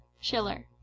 schiller